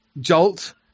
jolt